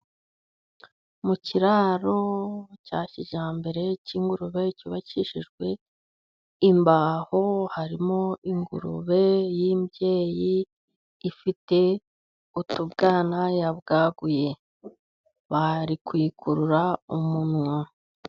Mu kiraro cya kijyambere cy'ingurube cyubakishijwe imbaho, harimo ingurube y'imbyeyi, ifite utubwana yabwaguye. Bari kuyikurura umunwa.